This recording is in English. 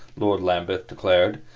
lord lambeth declared.